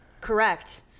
correct